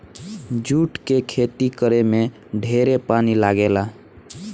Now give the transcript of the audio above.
जुट के खेती करे में ढेरे पानी लागेला